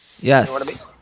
yes